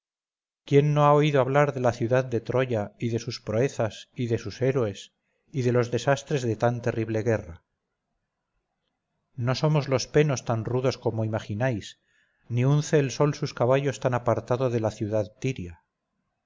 quién no ha oído hablar de la ciudad de troya y de sus proezas y de sus héroes y de los desastres de tan terrible guerra no somos los penos tan rudos como imagináis ni unce el sol sus caballos tan apartado de la ciudad tiria